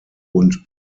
und